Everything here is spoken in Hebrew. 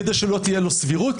כדי שלא תהיה לו סבירות.